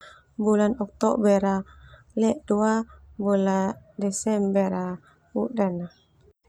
Bulan Oktober ledo bulan Desember udana.